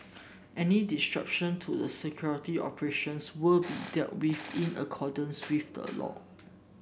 any disruption to the security operations will be dealt with in accordance with the law